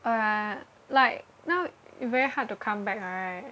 oh ya like now it very hard to come back right